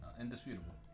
Indisputable